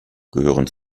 gehören